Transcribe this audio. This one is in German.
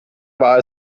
war